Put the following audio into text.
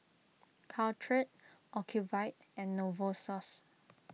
Caltrate Ocuvite and Novosource